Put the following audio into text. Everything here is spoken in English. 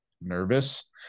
nervous